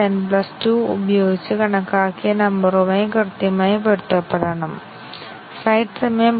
6 test കേസുകൾ ഉപയോഗിച്ച് MCDC coverage നേടാൻ കഴിയുമെന്ന് ഞങ്ങൾ കാണും